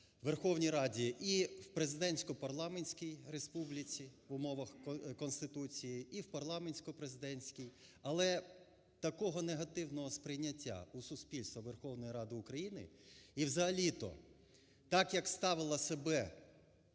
Верховній Раді і в президентсько-парламентській республіці в умовах Конституції, і в парламентсько-президентській. Але такого негативного сприйняття у суспільства Верховної Ради України і взагалі-то так, як ставила себе